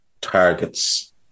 targets